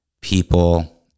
people